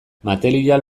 material